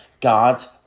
God's